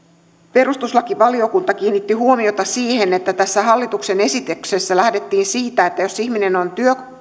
perustuslakivaliokunta kiinnitti huomiota siihen että tässä hallituksen esityksessä lähdettiin siitä että jos ihminen on